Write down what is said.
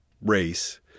race